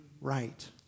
right